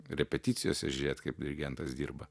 repeticijose žiūrėt kaip dirigentas dirba